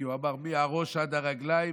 כי הוא אמר "מהראש עד הרגליים",